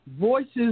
Voices